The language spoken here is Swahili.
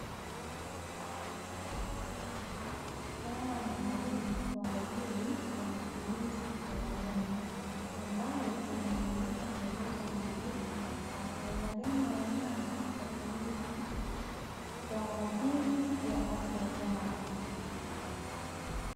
Dawa maalumu kwa ajili ya matumizi ya wanyama, ambayo imeandika maelezo maalumu na aina gani ya wanyama itatumika kwa ajili ya afya zao.